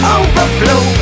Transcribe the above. overflow